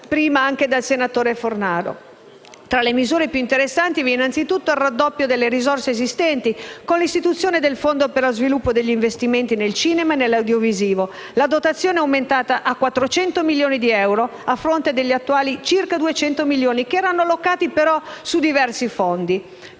prima anche dal senatore Fornaro. Tra le misure più interessanti, vi è innanzitutto il raddoppio delle risorse esistenti con l'istituzione del Fondo per lo sviluppo degli investimenti nel cinema e nell'audiovisivo. La dotazione è aumentata a 400 milioni di euro annui (a fronte degli attuali circa 200 milioni, allocati però su diversi fondi).